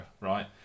right